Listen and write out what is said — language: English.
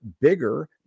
bigger